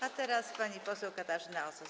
A teraz pani poseł Katarzyna Osos.